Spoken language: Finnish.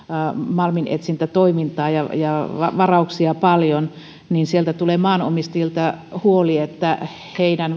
malminetsintätoimintaa ja ja varauksia paljon niin sieltä tulee maanomistajilta huoli että heidän